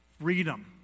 freedom